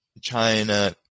China